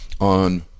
on